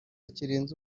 kirenze